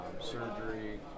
surgery